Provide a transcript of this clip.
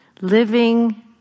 Living